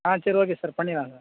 ஆ சரி okay sir பண்ணிடலாங்க sir